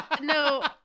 No